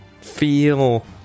feel